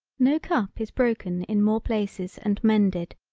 no cup is broken in more places and mended,